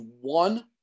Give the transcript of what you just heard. one